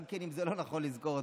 גם אם זה לא נכון לזכור אותו,